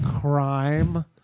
crime